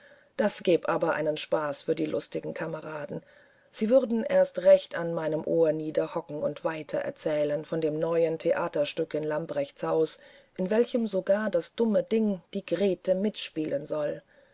das gäb aber einen spaß für die lustigen kameraden sie würden erst recht an meinem ohr niederhocken und weiter erzählen von dem neuen theaterstück in lamprechts hause in welchem sogar das dumme ding die grete mitspielen soll